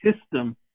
system